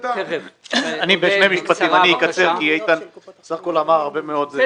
אני אקצר כי איתן אמר הרבה דברים.